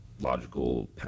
logical